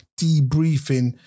debriefing